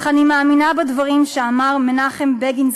אך אני מאמינה בדברים שאמר מנחם בגין,